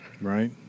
Right